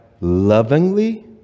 lovingly